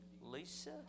Lisa